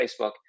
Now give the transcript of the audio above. Facebook